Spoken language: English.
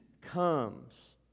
comes